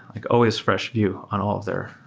like always fresh view on all of their